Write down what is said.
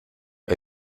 est